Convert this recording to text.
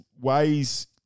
ways